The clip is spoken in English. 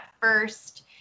first